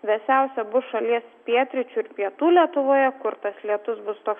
vėsiausia bus šalies pietryčių ir pietų lietuvoje kur tas lietus bus toks